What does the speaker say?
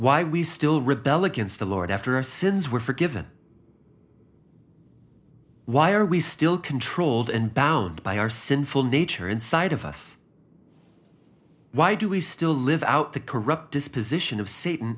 why we still rebel against the lord after our sins were forgiven why are we still controlled and bound by our sinful nature inside of us why do we still live out the corrupt disposition of satan